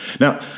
now